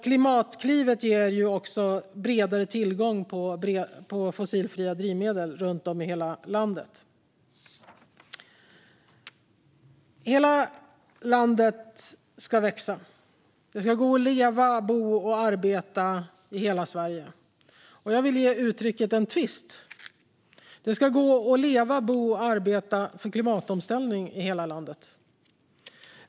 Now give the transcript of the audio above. Klimatklivet ger också bredare tillgång till fossilfria drivmedel runt om i hela landet. Hela landet ska växa. Det ska gå att leva, bo och arbeta i hela Sverige. Och jag vill ge uttrycket en tvist: Det ska gå att leva, bo och arbeta för klimatomställning i hela landet.